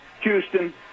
Houston